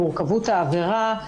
מורכבות העבירה,